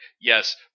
yes